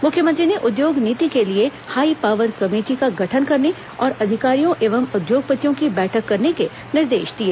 मुख्यमंत्री ने उद्योग नीति को लिए हाई पावर कमेटी का गठन करने और अधिकारियों और उद्योगपतियों की बैठक करने के निर्देश दिए